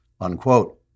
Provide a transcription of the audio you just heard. unquote